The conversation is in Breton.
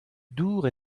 dour